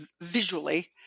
visually